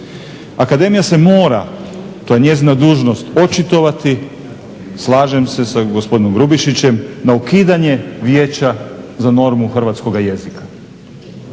Akademija se mora, to je njezina dužnost očitovati, slažem se sa gospodinom Grubišićem na ukidanje Vijeća za normu hrvatskoga jezika.